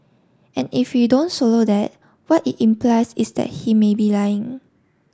and if we don't slow that what it implies is that he may be lying